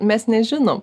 mes nežinom